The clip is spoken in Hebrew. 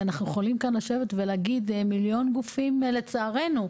אנחנו יכולים כאן לשבת ולהגיד מיליון גופים לצערנו,